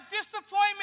disappointment